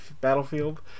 battlefield